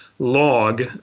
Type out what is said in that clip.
log